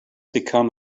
become